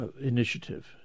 initiative